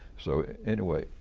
so anyway,